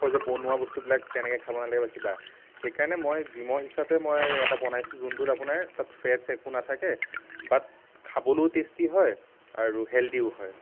কয় যে বনোৱা বস্তুবিলাক তেনেকে খাব নালাগে বা কিবা সেই কাৰণে মই জিমৰ হিচাপে মই এটা বনাইছোঁ যোনটোত আপোনাৰ তাত ফেট্ছ একো নাথাকে বাট খাবলৈও টেষ্টি হয় আৰু হেলডীও হয়